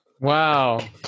Wow